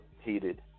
heated